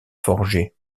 forgé